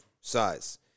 size